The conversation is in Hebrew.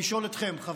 חברי הקואליציה,